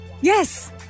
yes